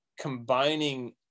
combining